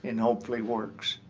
and hopefully works.